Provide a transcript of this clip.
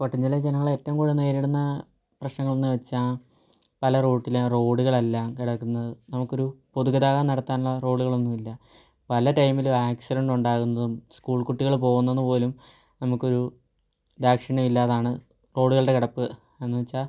കോട്ടയം ജില്ലയിലെ ജനങ്ങൾ ഏറ്റവും കൂടുതൽ നേരിടുന്ന പ്രശ്നങ്ങൾ എന്ന് വെച്ചാൽ പല റോട്ടിലെ റോഡുകൾ എല്ലാം കിടക്കുന്നത് നമുക്ക് ഒരു പൊതു ഗതാഗതം നടത്താനുള്ള റോഡുകൾ ഒന്നുമില്ല പല ടൈമിലും ആക്സിഡൻറ്റ് ഉണ്ടാകുന്നതും സ്കൂൾ കുട്ടികൾ പോകുന്നത് പോലും നമുക്ക് ഒരു ദാക്ഷിണ്യം ഇല്ലാതെയാണ് റോഡുകളുടെ കിടപ്പ് എന്ന് വെച്ചാൽ